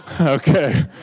Okay